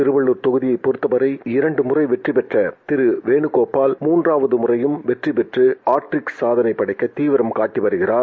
திருவள்ளுந் தொகுதியை பொறுத்தவரை இரண்டு முறை வெற்றி வெற்ற வேண்கோபால் முன்றாவது முறையும் வெற்றி பெற்று ஹாக்ரிக் காதளை படைக்க தீவிரம் காட்டி வருகிறார்